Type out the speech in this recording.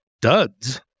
duds